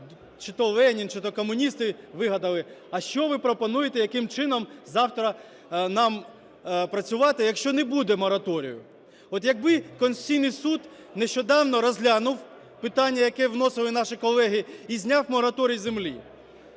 чи то Ленін, чи то комуністи вигадали. А що ви пропонуєте? Яким чином завтра нам працювати, якщо не буде мораторію? От, якби Конституційний Суд нещодавно розглянув питання, яке вносили наші колеги, і зняв мораторій з землі?